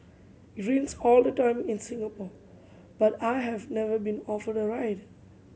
it rains all the time in Singapore but I have never been offered the ride